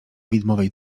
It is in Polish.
widmowej